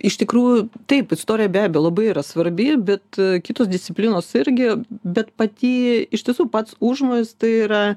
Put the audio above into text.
iš tikrųjų taip istorija be abejo labai yra svarbi bet kitos disciplinos irgi bet pati iš tiesų pats užmojis tai yra